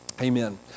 amen